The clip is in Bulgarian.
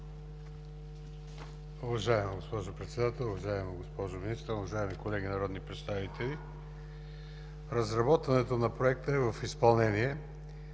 Уважаема госпожо Председател, уважаема госпожо Министър, уважаеми колеги народни представители! Разработването на Проекта е в изпълнение